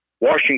Washington